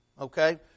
Okay